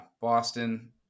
Boston